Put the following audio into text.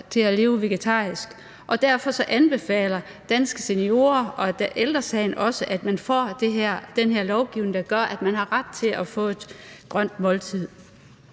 til at leve vegetarisk, og derfor anbefaler Danske Seniorer og Ældre Sagen også, at man får den her lovgivning, der gør, at man har ret til at få et grønt måltid.